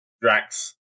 Drax